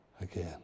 Again